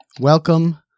Welcome